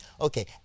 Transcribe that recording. Okay